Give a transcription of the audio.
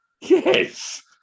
yes